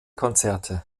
konzerte